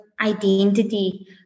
identity